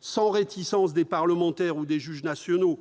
-sans réticence des parlementaires ou des juges nationaux.